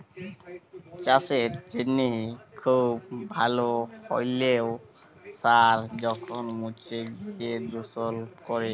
চাসের জনহে খুব ভাল হ্যলেও সার যখল মুছে গিয় দুষল ক্যরে